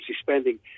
spending